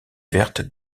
verte